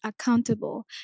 accountable